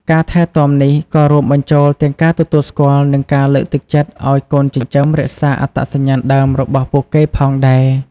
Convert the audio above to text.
ការថែទាំនេះក៏រួមបញ្ចូលទាំងការទទួលស្គាល់ និងការលើកទឹកចិត្តឲ្យកូនចិញ្ចឹមរក្សាអត្តសញ្ញាណដើមរបស់ពួកគេផងដែរ។